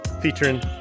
featuring